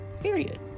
Period